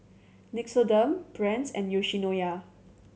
Nixoderm Brand's and Yoshinoya